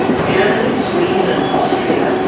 germany, sweden and austria,